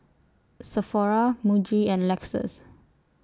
Sephora Muji and Lexus